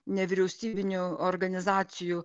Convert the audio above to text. nevyriausybinių organizacijų